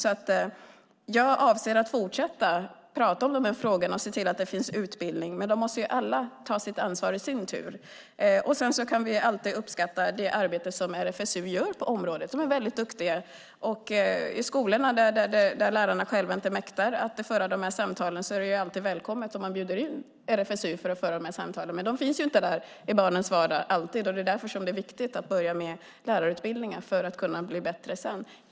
Jag avser alltså att fortsätta att tala om dessa frågor och se till att det finns utbildning, och då måste alla andra också ta sitt ansvar. Sedan kan vi alltid uppskatta det arbete som RFSU gör på området. De är mycket duktiga. I skolorna, där lärarna själva inte mäktar med att föra dessa samtal, är det välkommet att man bjuder in RFSU för att föra samtalen, men de finns inte alltid i barnens vardag. Därför är det viktigt att börja med lärarutbildningen för att sedan kunna bli bättre.